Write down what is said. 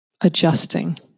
adjusting